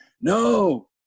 no